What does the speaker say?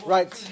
Right